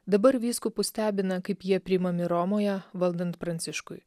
dabar vyskupus stebina kaip jie priimami romoje valdant pranciškui